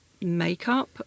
makeup